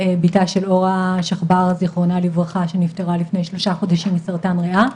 ביתה של אורה שחבר ז"ל שנפטרה לפני שלושה חודשים מסרטן ריאה,